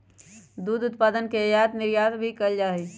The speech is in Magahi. दुध उत्पादन के आयात निर्यात भी कइल जा हई